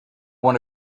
one